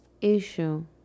issue